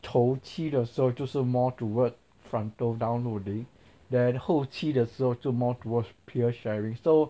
头期的时候这就 more toward frontal downloading then 后期的时候就 more toward peer sharing so